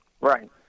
Right